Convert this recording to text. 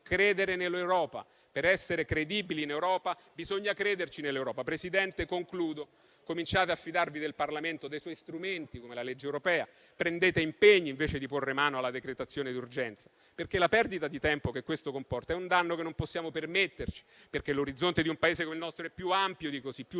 Credere nell'Europa; per essere credibili in Europa bisogna crederci nell'Europa. Signor Presidente, concludo: cominciate a fidarvi del Parlamento e dei suoi strumenti, come la legge europea. Prendete impegni, invece di porre mano alla decretazione d'urgenza, perché la perdita di tempo che questo comporta è un danno che non possiamo permetterci, perché l'orizzonte di un Paese come il nostro è più ampio di così, più